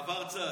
עבר צד.